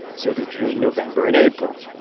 so do june november and april.